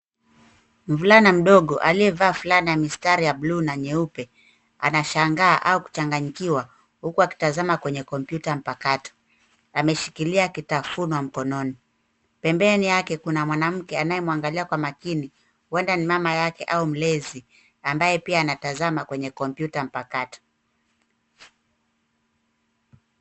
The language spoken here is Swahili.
Mvulana mdogo aliyevaa fulana ya mistari ya buluu na nyeupe, anashangaa au kuchanganyikiwa huku akitazama kwenye kompyuta mpakato. Ameshikilia kitafunwa mkononi. Pembeni yake kuna mwanamke anayemwangalia kwa makini, huenda ni mama yake mlezi, ambaye pia anatazama kwenye kompyuta mpakato.